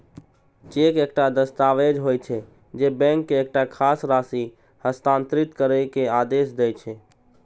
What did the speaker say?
cheque एकटा दस्तावेज होइ छै, जे बैंक के एकटा खास राशि हस्तांतरित करै के आदेश दै छै